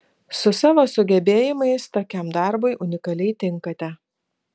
su savo sugebėjimais tokiam darbui unikaliai tinkate